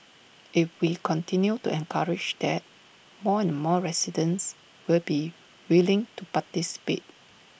if we continue to encourage that more and more residents will be willing to participate